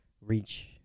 reach